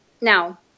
now